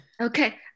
Okay